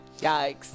Yikes